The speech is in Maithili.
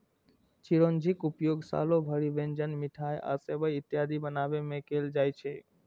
चिरौंजीक उपयोग सालो भरि व्यंजन, मिठाइ आ सेवइ इत्यादि बनाबै मे कैल जाइ छै